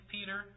Peter